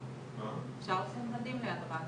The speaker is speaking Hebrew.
אנחנו מבינים את המשמעות שלו באבחון